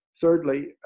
thirdly